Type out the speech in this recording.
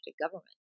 government